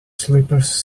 slippers